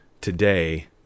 today